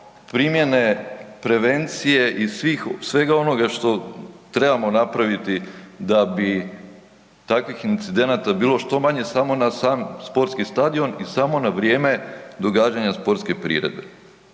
primjene prevencije i svih, svega onoga što trebamo napraviti da bi takvih incidenata bilo što manje samo na sam sportski stadion i samo na vrijeme događanja sportske priredbe.